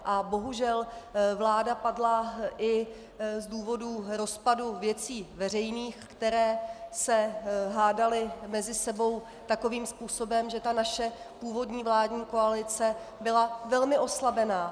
A bohužel vláda padla i z důvodů rozpadu Věcí veřejných, které se hádaly mezi sebou takovým způsobem, že ta naše původní vládní koalice byla velmi oslabena.